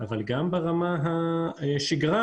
אבל גם ברמת השגרה,